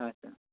হয় ছাৰ